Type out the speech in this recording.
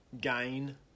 gain